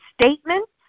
statements